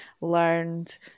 learned